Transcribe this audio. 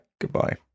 Goodbye